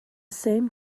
same